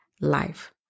life